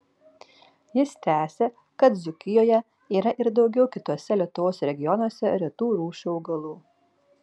jis tęsia kad dzūkijoje yra ir daugiau kituose lietuvos regionuose retų rūšių augalų